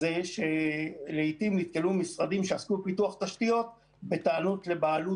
הוא שלעיתים נתקלו משרדים שעסקו בפיתוח תשתיות בטענות לבעלות